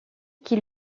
qui